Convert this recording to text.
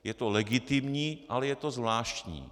Je to legitimní, ale je to zvláštní.